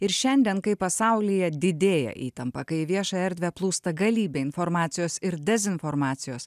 ir šiandien kai pasaulyje didėja įtampa kai į viešąją erdvę plūsta galybė informacijos ir dezinformacijos